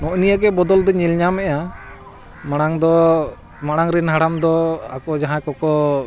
ᱱᱚᱜᱼᱚᱭ ᱱᱤᱭᱟᱹ ᱜᱮ ᱵᱚᱫᱚᱞ ᱫᱚᱧ ᱧᱮᱞ ᱧᱟᱢᱮᱜᱼᱟ ᱢᱟᱲᱟᱝ ᱫᱚ ᱢᱟᱲᱟᱝ ᱨᱮᱱ ᱦᱟᱲᱟᱢ ᱫᱚ ᱟᱠᱚ ᱡᱟᱦᱟᱸᱭ ᱠᱚᱠᱚ